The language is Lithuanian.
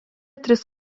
tris